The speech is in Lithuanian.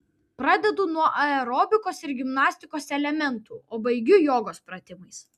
pradedu nuo aerobikos ir gimnastikos elementų o baigiu jogos pratimais